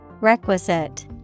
Requisite